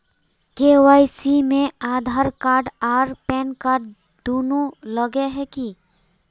KYC में Aadhaar card आर PAN card दुनू लगे है की?